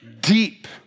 deep